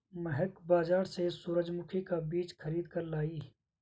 महक बाजार से सूरजमुखी का बीज खरीद कर लाई